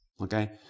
Okay